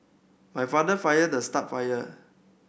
my father fired the star fire